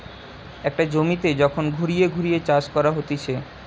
একটা জমিতে যখন ঘুরিয়ে ঘুরিয়ে চাষ করা হতিছে